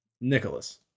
Nicholas